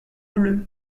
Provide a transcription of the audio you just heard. bleus